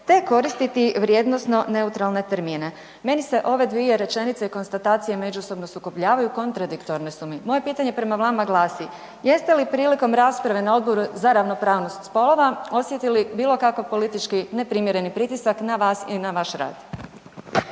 te koristiti vrijednosno neutralne termine. Meni se ove dvije rečenice konstatacijom međusobno sukobljavaju, kontradiktorne su mi. Moje pitanje prema vama glasi, jeste li prilikom rasprave na Odboru za ravnopravnost spolova, osjetili bilokakav politički neprimjereni pritisak na vas i na vaš rad?